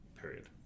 period